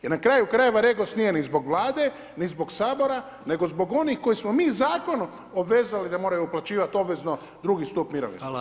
Jer na kraju krajeva REGOS nije ni zbog Vlade, ni zbog Sabora, nego zbog onih koje smo mi zakonom obvezali da moraju uplaćivati obvezno 2 stup mirovinskog.